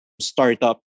startup